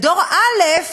ודור א',